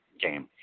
game